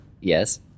Yes